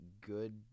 good